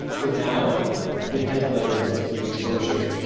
for now, it depends on levels of of exposure.